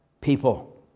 people